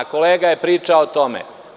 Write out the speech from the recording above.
Kolega je pričao o tome.